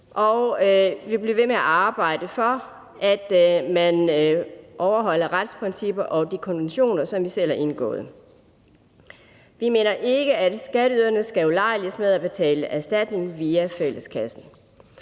vi bliver ved med at arbejde for, at man overholder retsprincipper og de konventioner, som vi selv har indgået. Vi mener ikke, at skatteyderne skal ulejliges med at betale erstatning via fælleskassen.